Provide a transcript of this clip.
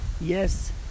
yes